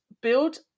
build